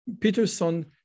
Peterson